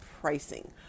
pricing